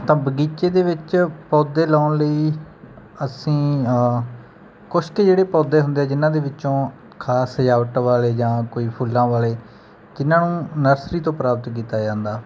ਤਾਂ ਬਗੀਚੇ ਦੇ ਵਿੱਚ ਪੌਦੇ ਲਗਾਉਣ ਲਈ ਅਸੀਂ ਕੁਛ ਕੁ ਜਿਹੜੇ ਪੌਦੇ ਹੁੰਦੇ ਜਿਨ੍ਹਾਂ ਦੇ ਵਿੱਚੋਂ ਖ਼ਾਸ ਸਜਾਵਟ ਵਾਲੇ ਜਾਂ ਕੋਈ ਫੁੱਲਾਂ ਵਾਲੇ ਜਿੰਨ੍ਹਾਂ ਨੂੰ ਨਰਸਰੀ ਤੋਂ ਪ੍ਰਾਪਤ ਕੀਤਾ ਜਾਂਦਾ